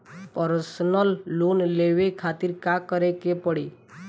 Personal loan लेवे खातिर का करे के पड़ी?